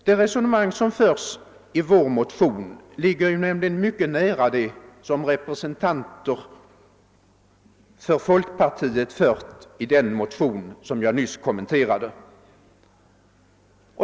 Det resonemang som förs i vår motion ligger nämligen mycket nära det som också representanter för folkpartiet och centerpartiet fört i den motion som jag nyss kommenterade.